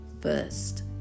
first